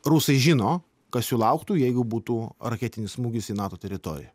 rusai žino kas jų lauktų jeigu būtų raketinis smūgis į nato teritoriją